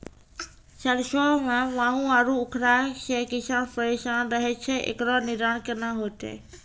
सरसों मे माहू आरु उखरा से किसान परेशान रहैय छैय, इकरो निदान केना होते?